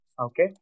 Okay